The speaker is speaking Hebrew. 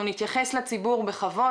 אנחנו נתייחס לציבור בכבוד.